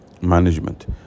management